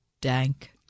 Dank